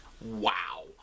wow